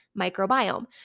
microbiome